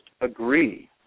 agree